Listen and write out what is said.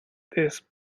this